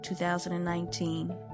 2019